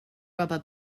rubber